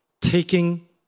Taking